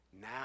Now